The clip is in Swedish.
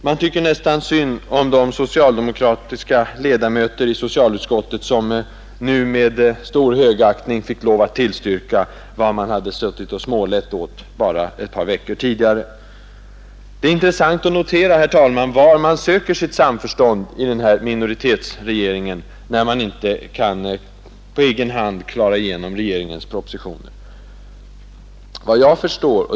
Man tycker nästan synd om de socialdemokratiska ledamöter av socialutskottet som nu med stor högaktning fick lov att tillstyrka vad de hade smålett åt bara ett par veckor tidigare. Det är intressant att notera, herr talman, var minoritetsregeringen söker sitt samförstånd när den inte kan på egen hand klara igenom sina propositioner.